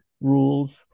rules